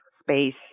space